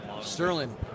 Sterling